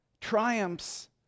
triumphs